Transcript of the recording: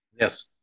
Yes